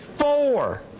four